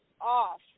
off